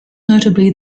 notably